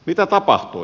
mitä tapahtui